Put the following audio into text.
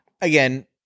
again